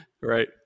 Right